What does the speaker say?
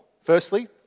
Firstly